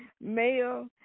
male